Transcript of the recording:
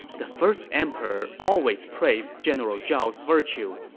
the first emperor always praised general zhao's virtue,